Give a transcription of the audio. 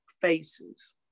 Faces